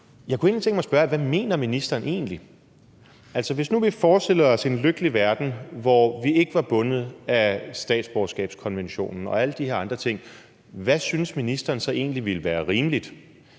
Jeg kunne tænke mig at spørge: Hvad mener ministeren egentlig? Altså, hvis nu vi forestillede os en lykkelig verden, hvor vi ikke var bundet af statsborgerskabskonventionen og alle de her andre ting, hvad synes ministeren så egentlig ville være rimeligt?